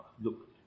look